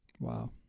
Wow